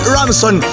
Ramson